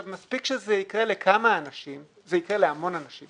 מספיק שזה יקרה לכמה אנשים זה יקרה להמון אנשים